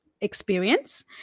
experience